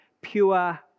pure